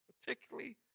particularly